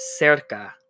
cerca